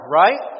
right